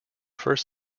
first